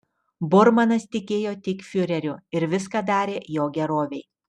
bormanas tikėjo tik fiureriu ir viską darė jo gerovei